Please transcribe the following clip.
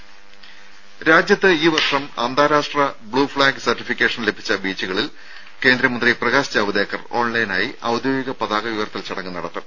രുര രാജ്യത്ത് ഈ വർഷം അന്താരാഷ്ട്ര ബ്ലൂഫ്ലാഗ് സർട്ടിഫിക്കേഷൻ ലഭിച്ച ബീച്ചുകളിൽ കേന്ദ്രമന്ത്രി പ്രകാശ് ജാവ്ദേക്കർ ഓൺലൈനായി ഔദ്യോഗിക പതാക ഉയർത്തൽ ചടങ്ങ് നടത്തും